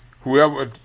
whoever –